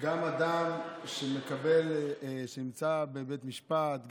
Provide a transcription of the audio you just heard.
שגם אדם שנמצא בבית משפט,